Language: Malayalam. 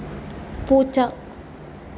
പൂച്ച